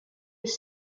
was